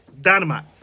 Dynamite